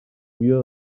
vida